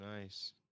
nice